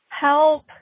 Help